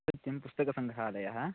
सत्यं पुस्तकसङ्ग्रहालयः